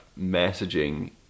messaging